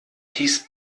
hieß